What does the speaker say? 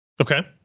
Okay